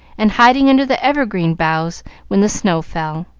and hiding under the evergreen boughs when the snow fell.